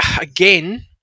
Again